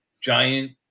giant